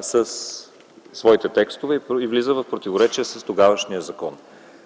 със своите текстове и влиза в противоречие с тогавашния закон.